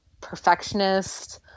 perfectionist